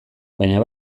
baina